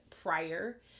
prior